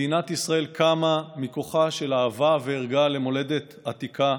מדינת ישראל קמה מכוחה של אהבה וערגה למולדת עתיקה.